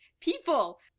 People